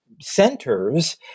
centers